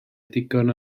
digon